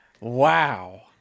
Wow